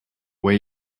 way